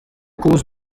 cause